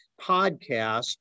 podcast